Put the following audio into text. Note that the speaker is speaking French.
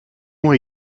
ont